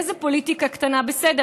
איזו פוליטיקה קטנה: בסדר,